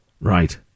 right